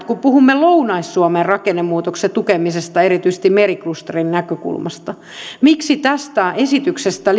kun puhumme lounais suomen rakennemuutoksen tukemisesta erityisesti meriklusterin näkökulmasta miksi tästä esityksestä